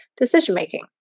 decision-making